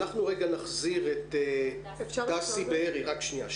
אנחנו רגע נחזיר את דסי בארי.